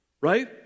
right